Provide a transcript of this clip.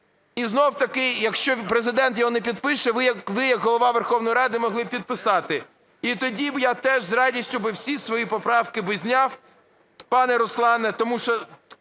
І знову-таки, якщо Президент його не підпише, ви як Голова Верховної Ради могли підписати і тоді я теж з радістю би всі свої поправки би зняв, пане Руслане,